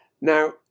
Now